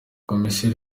komisiyo